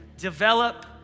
Develop